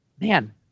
man